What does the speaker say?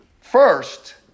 first